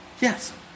yes